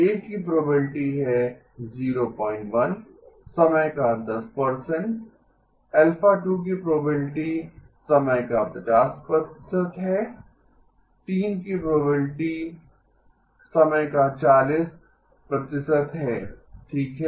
1 की प्रोबेबिलिटी है 01 समय का 10 α 2 की प्रोबेबिलिटी समय का 50 प्रतिशत है 3 की प्रोबेबिलिटी समय का 40 प्रतिशत है ठीक है